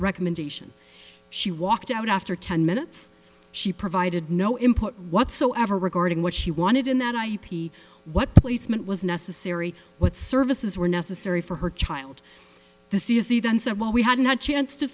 recommendation she walked out after ten minutes she provided no input whatsoever regarding what she wanted in that ip what placement was necessary what services were necessary for her child to see if the then said well we hadn't had a chance to